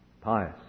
pious